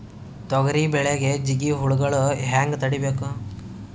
ತೊಗರಿ ಬೆಳೆಗೆ ಜಿಗಿ ಹುಳುಗಳು ಹ್ಯಾಂಗ್ ತಡೀಬೇಕು?